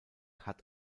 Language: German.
hat